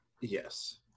Yes